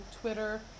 Twitter